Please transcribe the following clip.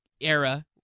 era